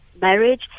marriage